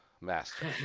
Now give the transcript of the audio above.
Master